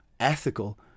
Ethical